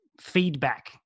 feedback